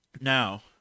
Now